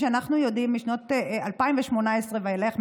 אנחנו יודעים משנת 2018 ואילך,